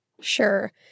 Sure